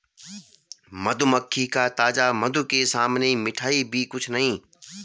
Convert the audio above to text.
मधुमक्खी का ताजा मधु के सामने मिठाई भी कुछ नहीं